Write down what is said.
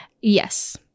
Yes